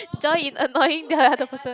join in annoying the the person